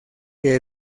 que